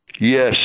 yes